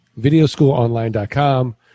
Videoschoolonline.com